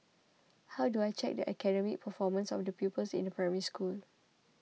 how do I check the academic performance of the pupils in a Primary School